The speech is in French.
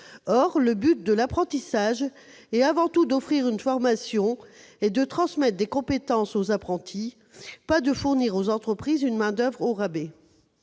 Or le but de l'apprentissage est avant tout d'offrir une formation et de transmettre des compétences aux apprentis, non de fournir aux entreprises une main-d'oeuvre au rabais